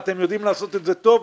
אתם יודעים לעשות את זה טוב,